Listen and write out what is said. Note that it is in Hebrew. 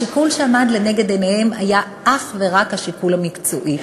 השיקול שעמד לנגד עיניהם היה אך ורק השיקול המקצועי.